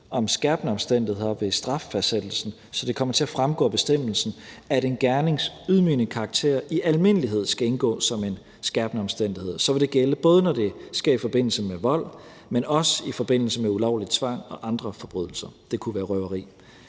om skærpende omstændigheder ved straffastsættelsen, så det kommer til at fremgå af bestemmelsen, at en gernings ydmygende karakter i almindelighed skal indgå som en skærpende omstændighed. Så vil det gælde, både når det sker i forbindelse med vold, men også når det sker i forbindelse med ulovlig tvang og andre forbrydelser; det kunne være røveri.